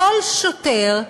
כל שוטר,